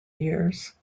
years